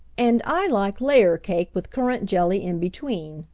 and i like layer cake, with currant jelly in between,